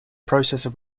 processor